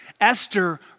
Esther